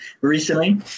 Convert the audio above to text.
recently